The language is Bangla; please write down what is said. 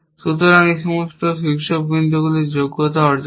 সুতরাং এই সমস্ত শীর্ষবিন্দুগুলি যোগ্যতা অর্জন করে